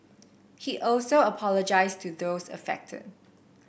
he also apologised to those affected